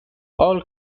all